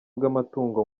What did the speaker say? bw’amatungo